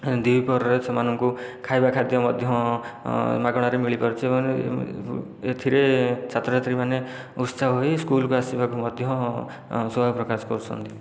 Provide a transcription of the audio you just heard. ଦୁଇ ପହରରେ ସେମାନଙ୍କୁ ଖାଇବା ଖାଦ୍ୟ ମଧ୍ୟ ମାଗଣାରେ ମିଳିପାରୁଛି ସେମାନେ ଏଥିରେ ଛାତ୍ରଛାତ୍ରୀ ମାନେ ଉତ୍ସାହ ହୋଇ ସ୍କୁଲକୁ ଆସିବାକୁ ମଧ୍ୟ ଶୋଭା ପ୍ରକାଶ କରୁଛନ୍ତି